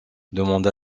demanda